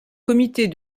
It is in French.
comités